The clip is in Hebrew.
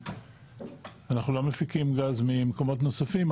ואנחנו לא מפיקים גז ממקומות נוספים,